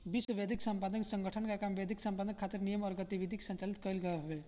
विश्व बौद्धिक संपदा संगठन कअ काम बौद्धिक संपदा खातिर नियम अउरी गतिविधि के संचालित कईल हवे